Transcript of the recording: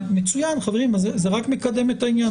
חברים, זה רק מקדם את העניין.